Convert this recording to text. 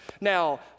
Now